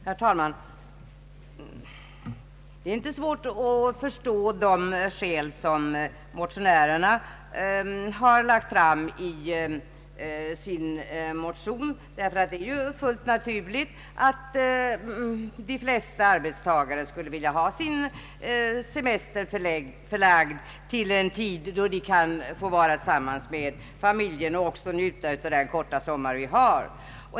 Herr talman! Det är inte svårt att förstå de skäl som motionärerna lagt fram. Det är fullt naturligt att de flesta arbetstagare skulle vilja ha sin semester förlagd till en tid, då de kan få vara tillsammans med familjen och också njuta av den korta sommar vi har.